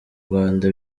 rwanda